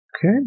Okay